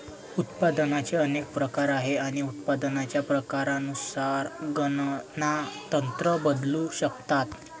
उत्पादनाचे अनेक प्रकार आहेत आणि उत्पादनाच्या प्रकारानुसार गणना तंत्र बदलू शकतात